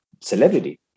celebrity